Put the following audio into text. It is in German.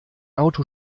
auto